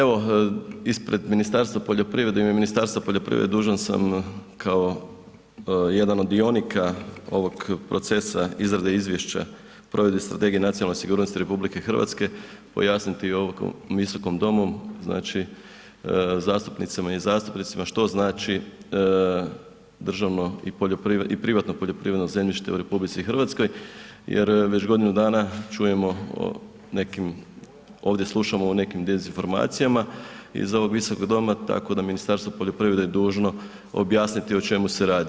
Evo, ispred Ministarstva poljoprivrede i u ime Ministarstva poljoprivrede, dužan sam kao jedna od dionika ovog procesa izrade izvješće Provedbe strategije nacionalne sigurnost RH, pojasniti u ovom Visokom domu zastupnicama i zastupnici što znači državno i privatno poljoprivredno zemljište u RH jer već godinu dana čujemo, ovdje slušamo o nekim dezinformacijama iz ovog Visokog doma tako da Ministarstvo poljoprivrede je dužno objasniti o čemu se radi.